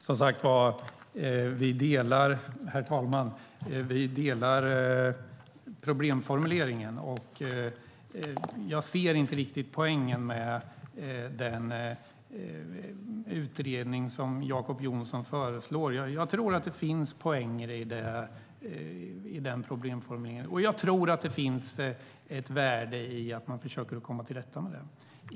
Herr talman! Vi delar som sagt var problemformuleringen. Jag ser inte riktigt poängen med en sådan utredning som Jacob Johnson föreslår. Jag tror att det finns poänger i problemformuleringen, och jag tror att det finns ett värde i att man försöker komma till rätta med det här.